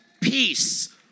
Peace